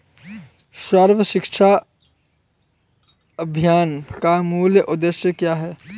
सर्व शिक्षा अभियान का मूल उद्देश्य क्या है?